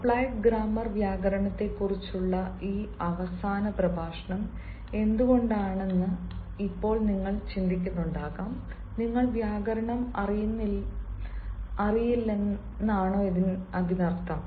applied grammar വ്യാകരണത്തെക്കുറിച്ചുള്ള ഈ അവസാന പ്രഭാഷണം എന്തുകൊണ്ടാണെന്ന് ഇപ്പോൾ നിങ്ങൾ ചിന്തിക്കുന്നുണ്ടാകാം നിങ്ങൾക്ക് വ്യാകരണം അറിയില്ലെന്നാണോ അതിനർഥം